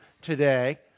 today